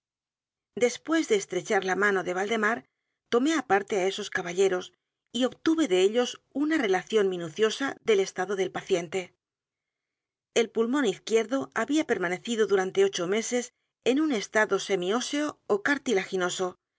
después de estrechar la mano de val domar tomé aparte á esos caballeros y obtuve de ellos una relación minuciosa del estado del paciente el pulmón izquierdo había permanecido durante ocho meses en u n estado semióseo ó